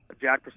Jack